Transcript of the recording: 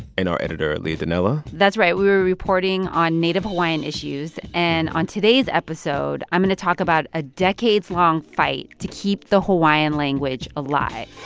and our editor, leah donnella that's right. we were reporting on native hawaiian issues. and on today's episode, i'm going to talk about a decades-long fight to keep the hawaiian language alive.